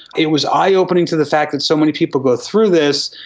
it was eye-opening to the fact that so many people go through this,